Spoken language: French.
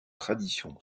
tradition